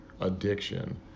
addiction